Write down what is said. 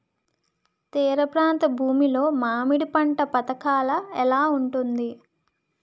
తీర ప్రాంత భూమి లో మామిడి పంట పథకాల ఎలా ఉంటుంది?